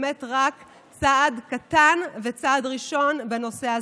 באמת זה רק צעד קטן וצעד ראשון בנושא,